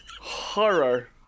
Horror